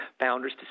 founders